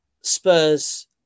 Spurs